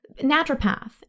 naturopath